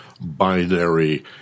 binary